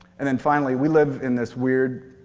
and then finally, we live in this weird,